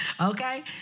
Okay